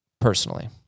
personally